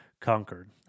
conquered